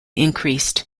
increased